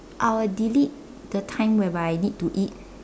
I will delete the time whereby I need to eat